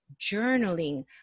journaling